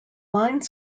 line